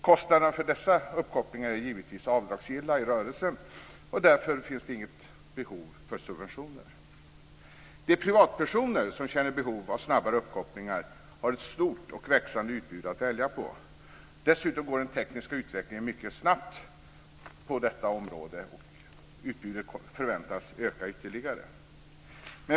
Kostnaderna för dessa uppkopplingar är givetvis avdragsgilla i rörelsen, och därför finns det inget behov av subventioner. De privatpersoner som känner behov av snabbare uppkopplingar har ett stort och växande utbud att välja på. Dessutom går den tekniska utvecklingen mycket snabbt på detta område, så utbudet förväntas öka ytterligare.